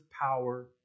Power